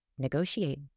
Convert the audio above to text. negotiate